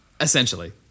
Essentially